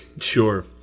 Sure